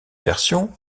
version